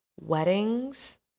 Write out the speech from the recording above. weddings